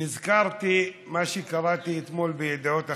ונזכרתי במה שקראתי אתמול בידיעות אחרונות,